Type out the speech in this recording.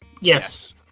Yes